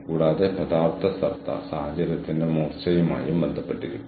കൂടാതെ അവർ എവിടെ പോകും പരീക്ഷണച്ചെലവ് ആശങ്കകളാകുമ്പോൾ അവർ ഒരു പരിധി മറികടക്കും